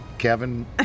Kevin